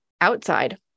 outside